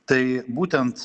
tai būtent